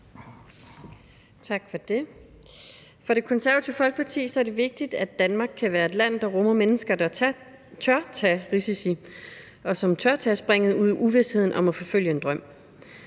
Tak for det. For Det Konservative Folkeparti er det vigtigt, at Danmark kan være et land, der rummer mennesker, der tør tage risici, og som tør tage springet ud i uvisheden for at forfølge en drøm.